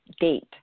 date